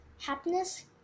Happiness